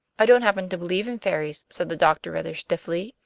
i don't happen to believe in fairies, said the doctor rather stiffly,